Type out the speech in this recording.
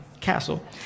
castle